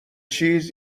چیز